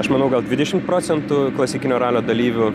aš manau gal dvidešimt procentų klasikinio ralio dalyvių